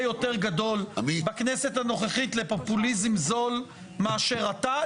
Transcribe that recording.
יותר גדול בכנסת הנוכחית לפופוליזם זול מאשר אתה,